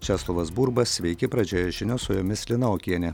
česlovas burba sveiki pradžioje žinios su jomis lina okienė